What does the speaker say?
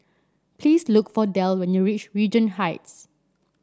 please look for Del when you reach Regent Heights